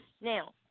Now